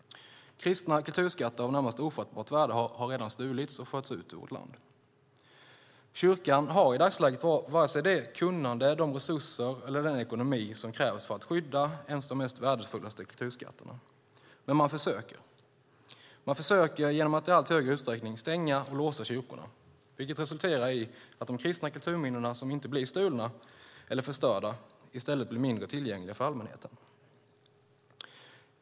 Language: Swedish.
Kristna kulturskatter av närmast ofattbart värde har redan stulits och förts ut ur vårt land. Kyrkan har i dagsläget vare sig det kunnande, de resurser eller den ekonomi som krävs för att skydda ens de mest värdefulla kulturskatterna. Men man försöker. Man försöker genom att i allt högre utsträckning stänga och låsa kyrkorna, vilket resulterar i att de kristna kulturminnen som inte blir stulna eller förstörda i stället blir mindre tillgängliga för allmänheten.